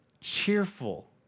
cheerful